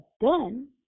done